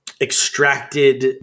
extracted